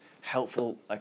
helpful